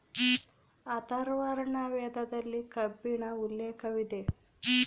ಅಥರ್ವರ್ಣ ವೇದದಲ್ಲಿ ಕಬ್ಬಿಣ ಉಲ್ಲೇಖವಿದೆ